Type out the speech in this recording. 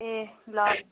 ए ल